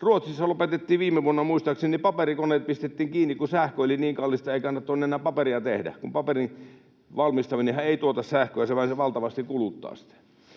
Ruotsissa lopetettiin viime vuonna, muistaakseni: paperikoneet pistettiin kiinni, kun sähkö oli niin kallista, että ei kannattanut enää paperia tehdä. Paperin valmistaminenhan ei tuota sähköä, vaan se valtavasti kuluttaa sitä.